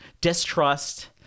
distrust